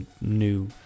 new